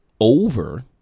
over